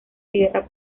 guerra